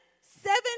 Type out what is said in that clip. seven